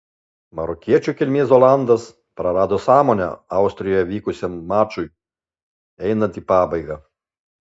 marokiečių kilmės olandas prarado sąmonę austrijoje vykusiam mačui einant į pabaigą